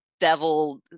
devil